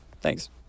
thanks